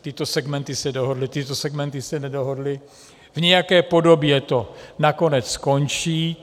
Tyto segmenty se dohodly, tyto segmenty se nedohodly, v nějaké podobě to nakonec skončí.